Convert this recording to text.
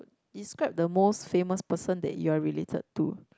describe the most famous person that you are related to